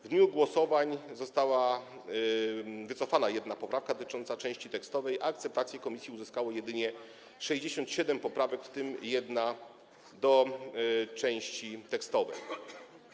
W dniu głosowań została wycofana jedna poprawka dotycząca części tekstowej, a akceptację komisji uzyskało jedynie 67 poprawek, w tym jedna do części tekstowej.